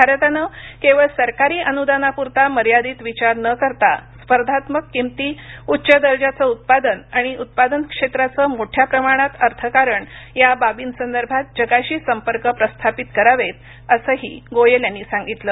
भारतानं केवळ सरकारी अनुदानापुरता मर्यादित विचार न करता स्पर्धात्मक किंमती उच्च दर्जाचं उत्पादन आणि उत्पादन क्षेत्राचं मोठ्या प्रमाणात अर्थकारण या बाबींसंदर्भात जगाशी संपर्क प्रस्थापित करावेत असंही गोयल यांनी सांगितलं